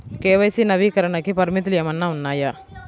KYC నవీకరణకి పరిమితులు ఏమన్నా ఉన్నాయా?